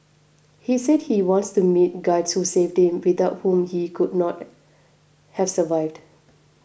he said he wants to meet guides who saved him without whom he could not have survived